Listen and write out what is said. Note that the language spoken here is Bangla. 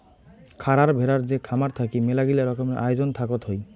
খারার ভেড়ার যে খামার থাকি মেলাগিলা রকমের আয়োজন থাকত হই